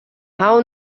how